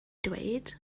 dweud